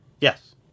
Yes